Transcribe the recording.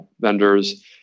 vendors